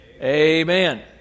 Amen